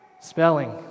spelling